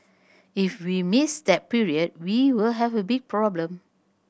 if we miss that period we will have a big problem